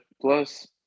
Plus